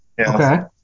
Okay